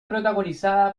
protagonizada